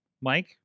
Mike